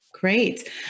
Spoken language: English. Great